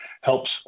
helps